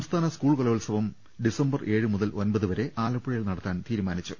സംസ്ഥാന സ്കൂൾ കലോത്സവം ഡിസംബർ ഏഴു മുതൽ ഒമ്പതു വരെ ആലപ്പുഴയിൽ നടത്താൻ തീരുമാനിച്ചു